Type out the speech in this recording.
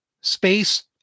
space